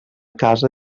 casa